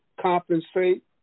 compensate